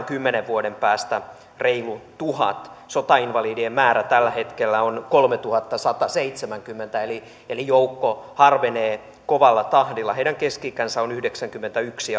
kymmenen vuoden päästä reilu tuhat sotainvalidien määrä tällä hetkellä on kolmetuhattasataseitsemänkymmentä eli eli joukko harvenee kovalla tahdilla heidän keski ikänsä on yhdeksänkymmentäyksi